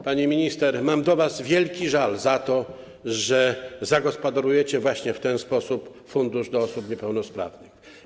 Pani minister, mam do was wielki żal za to, że zagospodarujecie właśnie w ten sposób fundusz dla osób niepełnosprawnych.